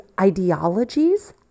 ideologies